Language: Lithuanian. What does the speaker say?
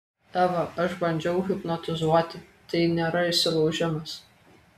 eva aš bandžiau hipnotizuoti tai nėra įsilaužimas